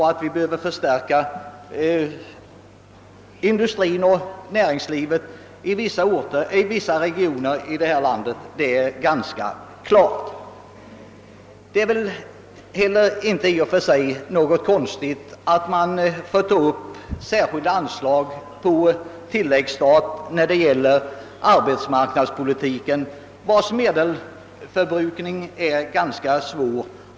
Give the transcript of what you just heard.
Att industrin och näringslivet i vissa orter av landet behöver förstärkas är ganska klart. I och för sig ligger det inte heller något konstigt i att man för upp särskilda anslag för arbetsmarknadspolitiken på tilläggsstat.